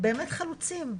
באמת חלוצים.